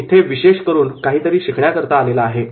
तो इथे विशेष करून काहीतरी शिकण्याकरता आलेला आहे